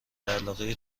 علاقه